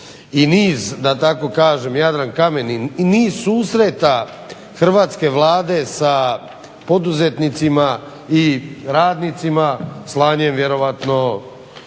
i niz da tako kažem Jadrankamen i niz susreta hrvatske Vlade sa poduzetnicima i radnicima slanjem vjerojatno